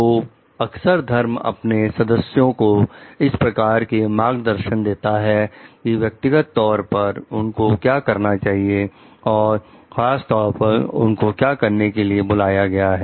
तो अक्सर धर्म अपने सदस्यों को इस प्रकार से मार्गदर्शन देता है की व्यक्तिगत तौर पर उनको क्या करना चाहिए और खासतौर पर उनको क्या करने के लिए बुलाया गया है